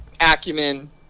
acumen